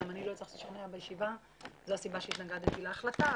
גם אני לא הצלחתי לשכנע וזו הסיבה שהתנגדתי להחלטה.